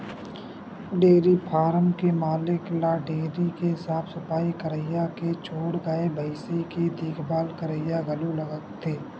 dairy farm के मालिक ल डेयरी के साफ सफई करइया के छोड़ गाय भइसी के देखभाल करइया घलो लागथे